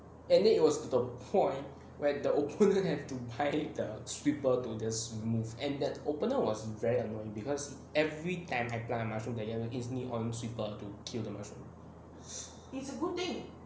and then it was to the point where the opponent have to tie the stripper to the smooth and that opponent was very annoying because every time I plant mushroom that instantly on sweeper to kill the mushrooms